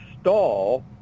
stall